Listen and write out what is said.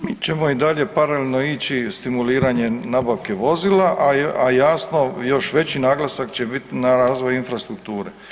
Mi ćemo i dalje paralelno ići stimuliranjem nabavke vozila, a jasno još veći naglasak će biti na razvoj infrastrukture.